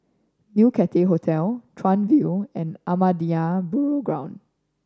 New Cathay Hotel Chuan View and Ahmadiyya Burial Ground